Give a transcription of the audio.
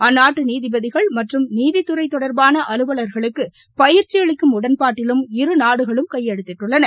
அந்நாட்டு நீதிபதிகள் மற்றும் நீதித்துறை தொடர்பான அலுவவர்களுக்கு பயிற்சியளிக்கும் உடன்பாட்டிலும் இருநாடுகளும் கையெழுத்திட்டுள்ளன